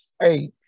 Hey